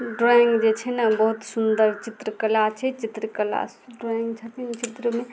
drawing जे छै ने बहुत सुन्दर चित्रकला छै चित्रकला ड्रॉइंग छथिन चित्रमे